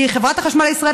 חברת החשמל לישראל,